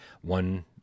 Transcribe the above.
one